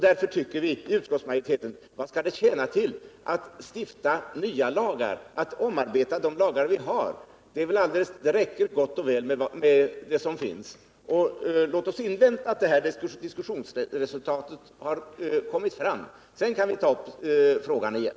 Därför tycker utskottsmajoriteten så här: Vad skall det tjäna till att stifta nya lagar? Det räcker gott och väl med de lagar som finns. Låt oss vänta till dess att diskussionsresultaten har kommit fram. Sedan kan vi ta upp frågan igen.